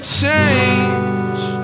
change